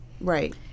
right